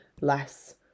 less